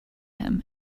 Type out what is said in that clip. him